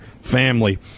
family